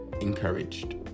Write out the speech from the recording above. Encouraged